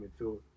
midfield